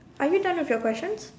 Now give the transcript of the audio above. are you done with your question